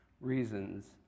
reasons